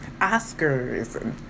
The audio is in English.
Oscars